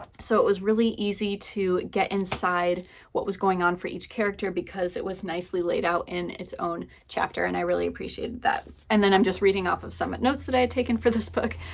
so it was really easy to get inside what was going on for each character because it was nicely laid out in its own chapter, and i really appreciated that and then i'm just reading off of some notes that i had taken for this book.